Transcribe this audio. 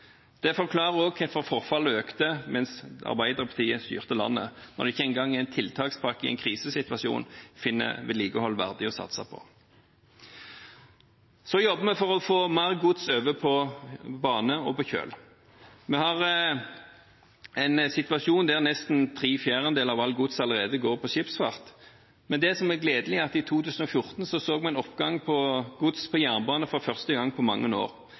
Det forklarer også hvorfor forfallet økte mens Arbeiderpartiet styrte landet, når ikke engang en tiltakspakke i en krisesituasjon finner vedlikehold verdig å satse på. Så jobber vi for å få mer gods over på bane og på kjøl. Vi har en situasjon der nesten tre fjerdedeler av alt gods allerede går på skipsfart, men det som er gledelig, er at vi i 2014 så en oppgang på gods på jernbane for første gang på mange år.